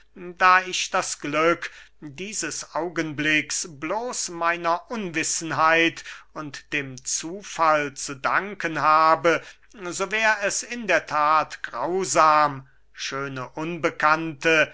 da ich das glück dieses augenblicks bloß meiner unwissenheit und dem zufall zu danken habe so wär es in der that grausam schöne unbekannte